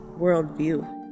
worldview